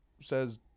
says